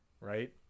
Right